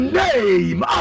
name